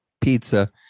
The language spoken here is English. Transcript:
pizza